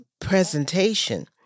presentation